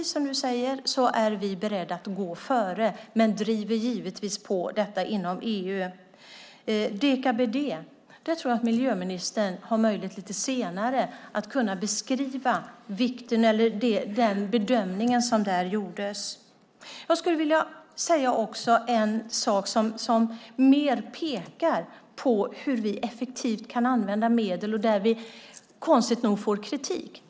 Som du säger är vi beredda att gå före, men vi driver givetvis detta inom EU. När det gäller deka-BDE tror jag att miljöministern kan beskriva den bedömning som gjordes. Jag vill nämna något som pekar på hur vi effektivt kan använda medel och där vi konstigt nog får kritik.